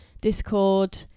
Discord